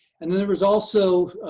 and then there was also